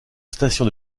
station